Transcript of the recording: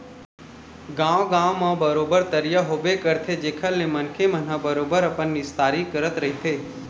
गाँव गाँव म बरोबर तरिया होबे करथे जेखर ले मनखे मन ह बरोबर अपन निस्तारी करत रहिथे